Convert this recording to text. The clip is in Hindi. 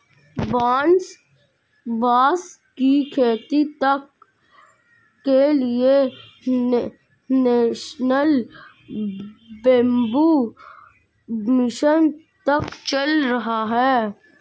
बांस की खेती तक के लिए नेशनल बैम्बू मिशन तक चल रहा है